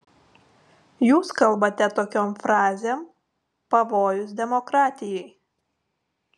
jūs kalbate tokiom frazėm pavojus demokratijai